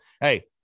hey